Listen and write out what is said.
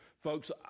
Folks